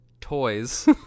Toys